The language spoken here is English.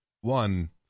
One